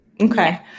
Okay